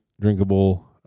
drinkable